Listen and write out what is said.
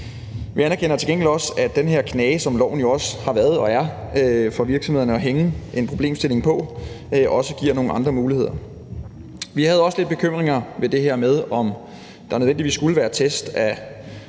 Vi anerkender til gengæld også, at den her knage, som loven også har været og er for virksomhederne til at hænge en problemstilling på, også giver nogle andre muligheder. Vi havde også lidt bekymringer i forhold til det her med, om der nødvendigvis skulle være test af